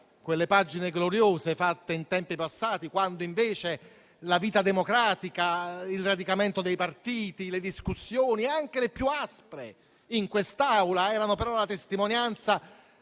quelle pagine gloriose fatte in tempi passati, quando invece la vita democratica, il radicamento dei partiti, le discussioni, anche le più aspre in quest'Aula, erano però la testimonianza